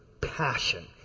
passion